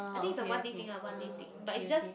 I think is a one day thing ah one day thing but is just